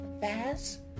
fast